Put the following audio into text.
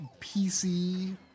PC